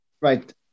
right